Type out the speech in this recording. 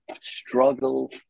struggle